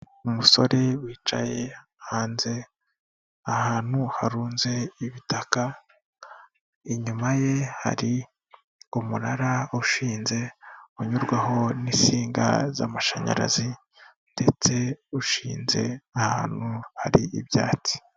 Umusore wicaye hanze ahantu harunze ibitaka, inyuma ye hari umunara ushinze unyurwaho n'insinga z'amashanyarazi, ndetse ushinze ahantu hari ibyatsi.